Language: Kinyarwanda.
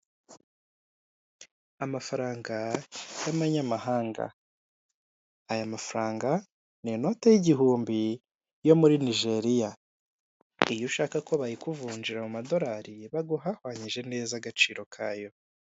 Amafaranga y'amanyamahanga aya mafaranga ni ininote y'igihumbi yo muri Nijeriya iyo ushaka ko bayikuvunjira mu madorari baguha ahwanyije neza agaciro kayo.